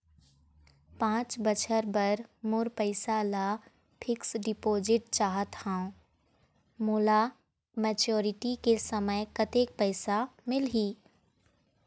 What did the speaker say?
पांच बछर बर मोर पैसा ला फिक्स डिपोजिट चाहत हंव, मोला मैच्योरिटी के समय कतेक पैसा मिल ही?